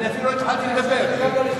אני אפילו התחלתי לדבר.